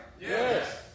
Yes